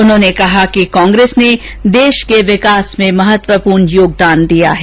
उन्होंने कहा कि कांग्रेस ने देश के विकास में महत्वपूर्ण योगदान दिया है